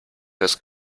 fürs